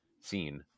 seen